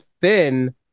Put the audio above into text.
thin